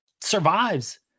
survives